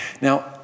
Now